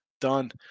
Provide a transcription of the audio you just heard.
done